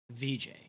VJ